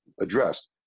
addressed